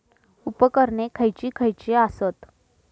उपकरणे खैयची खैयची आसत?